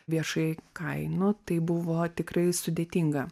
viešai kainų tai buvo tikrai sudėtinga